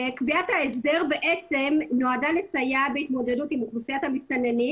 קביעת ההסדר נועדה לסייע בהתמודדות עם אוכלוסיית המסתננים